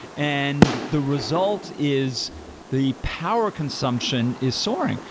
and the result is the power consumption is soaring.